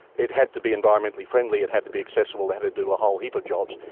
it had to be environmentally friendly, it had to be accessible, it had to do a whole heap of jobs,